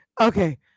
Okay